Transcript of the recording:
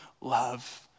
love